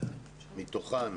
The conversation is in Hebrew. מתוכן